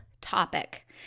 topic